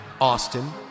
Austin